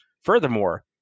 Furthermore